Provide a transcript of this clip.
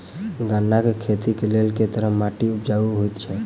गन्ना केँ खेती केँ लेल केँ तरहक माटि उपजाउ होइ छै?